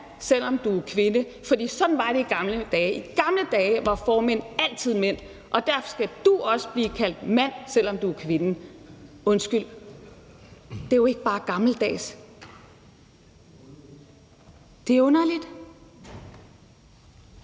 selv om du er kvinde, for sådan var det i gamle dage; i gamle dage var formænd altid mænd, og derfor skal du også blive kaldt mand, selv om du er kvinde. Undskyld, det er jo ikke bare gammeldags; det er underligt.